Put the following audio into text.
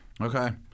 Okay